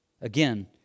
Again